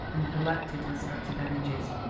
and collected her scattered energies.